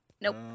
nope